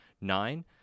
nine